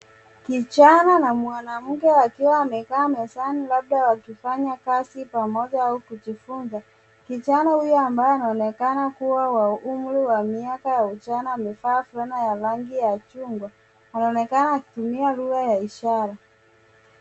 Kijana na mwanamke wakiwa wamekaa mezani labda wakifanya kazi pamoja au kujifunza. Kijana huyu ambaye anaonekana kuwa wa umri wa miaka wa ujana amevaa fulana ya rangi ya chungwa. Anaonekana akitumia lugha ya ishara.